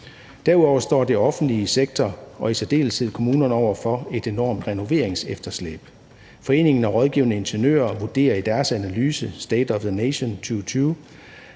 Derudover står den offentlige sektor og i særdeleshed kommunerne over for et enormt renoveringsefterslæb. Foreningen af Rådgivende Ingeniører vurderer i deres analyse »State of the Nation 2020«,